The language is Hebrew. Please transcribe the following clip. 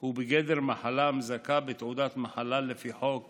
הוא בגדר מחלה המזכה בתעודת מחלה לפי חוק